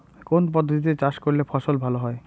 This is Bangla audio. কোন পদ্ধতিতে চাষ করলে ফসল ভালো হয়?